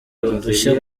udushya